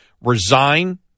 resign